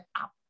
up